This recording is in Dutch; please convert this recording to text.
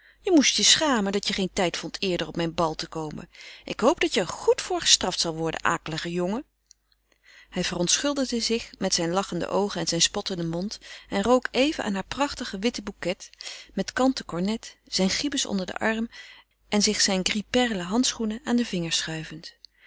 je moest je schamen dat je geen tijd vond eerder op mijn bal te komen ik hoop dat je er goed voor gestraft zal worden akelige jongen hij verontschuldigde zich met zijn lachende oogen en zijn spottenden mond en rook even aan haar prachtigen witten bouquet met kanten cornet zijn gibus onder den arm en zich zijne gris perle handschoenen aan de vingers schuivend